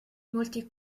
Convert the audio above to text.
molti